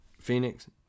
Phoenix